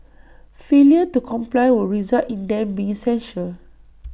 failure to comply would result in them being censured